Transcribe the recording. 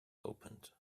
opened